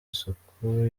isuku